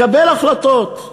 לקבל החלטות.